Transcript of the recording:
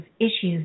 issues